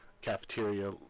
cafeteria